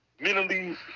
mentally